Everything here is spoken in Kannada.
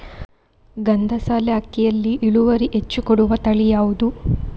ಗಂಧಸಾಲೆ ಅಕ್ಕಿಯಲ್ಲಿ ಇಳುವರಿ ಹೆಚ್ಚು ಕೊಡುವ ತಳಿ ಯಾವುದು?